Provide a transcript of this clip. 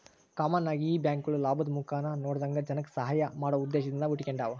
common ಆಗಿ ಈ ಬ್ಯಾಂಕ್ಗುಳು ಲಾಭುದ್ ಮುಖಾನ ನೋಡದಂಗ ಜನಕ್ಕ ಸಹಾಐ ಮಾಡೋ ಉದ್ದೇಶದಿಂದ ಹುಟಿಗೆಂಡಾವ